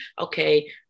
okay